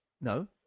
No